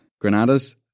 Granada's